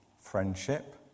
friendship